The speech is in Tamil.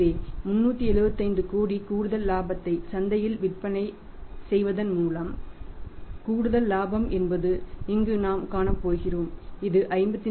எனவே 375 கோடி கூடுதல் இலாபத்தை சந்தையில் விற்பனை செய்வதன் மூலம் கூடுதல் இலாபம் என்பது இங்கு நாம் காணப்போகிறோம் இது 54